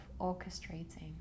orchestrating